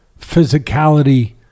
physicality